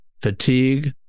fatigue